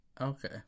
okay